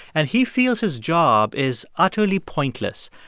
and he feels his job is utterly pointless.